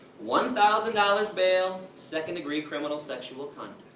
one thousand dollars bail, second degree criminal sexual